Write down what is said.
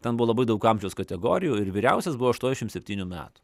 ten buvo labai daug amžiaus kategorijų ir vyriausias buvo aštuoniasdešim septynių metų